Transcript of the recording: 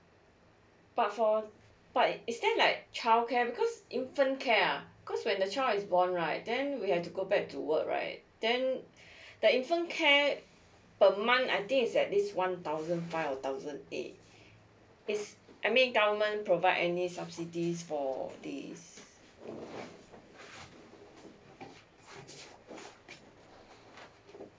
but for but is that like childcare because infant care ah because when the child is born right then we have to go back to work right then the infant care per month I think is at least one thousand five or thousand eight is I mean government provide any subsidies for this